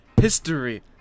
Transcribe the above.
history